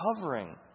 covering